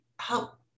help